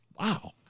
Wow